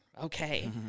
Okay